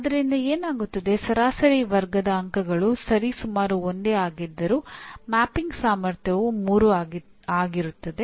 ಆದ್ದರಿಂದ ಏನಾಗುತ್ತದೆ ಸರಾಸರಿ ವರ್ಗದ ಅಂಕಗಳು ಸರಿಸುಮಾರು ಒಂದೇ ಆಗಿದ್ದರೂ ಮ್ಯಾಪಿಂಗ್ ಸಾಮರ್ಥ್ಯವು 3 ಆಗಿರುತ್ತದೆ